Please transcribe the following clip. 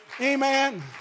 Amen